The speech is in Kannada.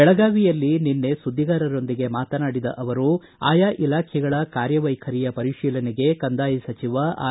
ಬೆಳಗಾವಿಯಲ್ಲಿ ನಿನ್ನೆ ಸುದ್ದಿಗಾರರೊಂದಿಗೆ ಮಾತನಾಡಿದ ಅವರು ಅಯಾ ಇಲಾಖೆಗಳ ಕಾರ್ಯವ್ಯೆಖರಿಯ ಪರಿಶೀಲನೆಗೆ ಕಂದಾಯ ಸಚಿವ ಆರ್